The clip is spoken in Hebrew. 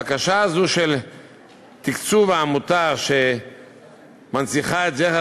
הבקשה הזאת של תקצוב העמותה שמנציחה את זכר